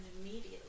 immediately